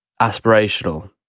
aspirational